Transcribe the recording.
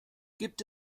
gibt